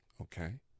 Okay